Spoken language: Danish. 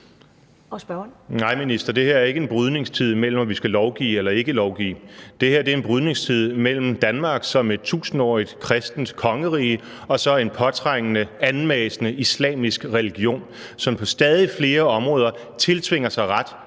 Nej, minister. Det her er ikke en brydningstid mellem, om vi skal lovgive eller ikke lovgive. Det her er en brydningstid mellem Danmark som tusindårigt kristent kongerige og så en påtrængende, anmassende islamisk religion, som på stadig flere områder tiltvinger sig ret